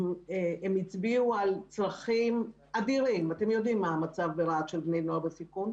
ואתם יודעים מה המצב של בני נוער בסיכון ברהט,